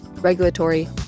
Regulatory